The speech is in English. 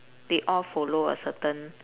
they all follow a certain